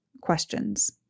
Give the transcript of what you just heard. questions